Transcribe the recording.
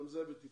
גם זה בטיפול